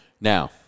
Now